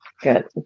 Good